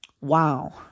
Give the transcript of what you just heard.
Wow